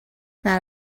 not